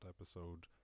episode